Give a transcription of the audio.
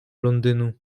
londynu